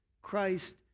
Christ